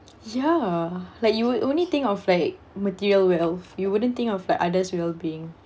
ya like you would only think of like material wealth you wouldn't think of like others will being